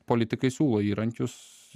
politikai siūlo įrankius